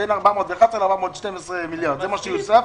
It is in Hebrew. בין 411 ל-412 מיליארד שקל,